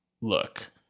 Look